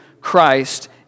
Christ